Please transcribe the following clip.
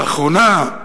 לאחרונה,